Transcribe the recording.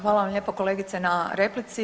Hvala vam lijepo kolegice na replici.